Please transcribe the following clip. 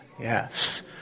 yes